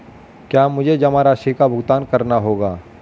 क्या मुझे जमा राशि का भुगतान करना होगा?